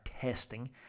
testing